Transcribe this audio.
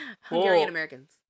Hungarian-Americans